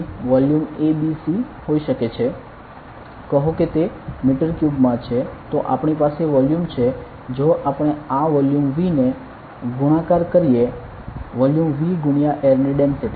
તેથી volume a b c હોઈ શકે છે કહો કે તે મીટર ક્યુબ માં છે તો આપણી પાસે વોલ્યુમ છે અને જો આપણે આ વોલ્યુમ v ને ગુણાકાર કરીએ વોલ્યુમ v ગુણ્યા એર ની ડેન્સિટિ